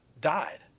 died